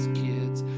kids